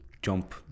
jump